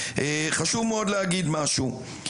חשוב מאד להגיד משהו.